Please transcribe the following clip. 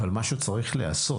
אבל משהו צריך להיעשות.